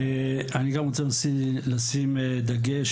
אני גם רוצה לשים דגש,